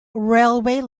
railway